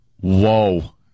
Whoa